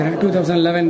2011